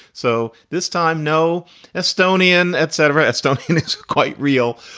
so this time, no estonian etc. has done hynix quite real,